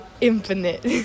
infinite